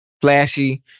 flashy